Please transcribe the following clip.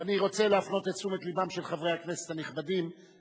אני רוצה להפנות את תשומת לבם של חברי הכנסת הנכבדים שאנחנו,